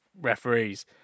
referees